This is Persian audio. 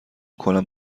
کنم